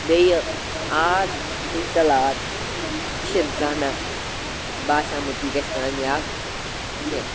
بیٚیہِ art digital art یہِ چھِنہٕ زانہہ مےٚ باسیومُت یہِ گژھِ کامیاب کینٛہہ